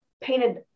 painted